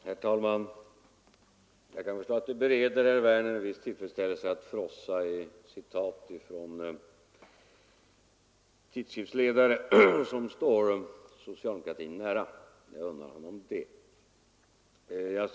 Herr talman! Jag kan förstå att det bereder herr Werner i Tyresö en viss tillfredsställelse att frossa i citat från ledare i tidskrifter som står socialdemokratin nära, och jag unnar honom det.